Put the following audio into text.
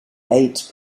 eight